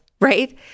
right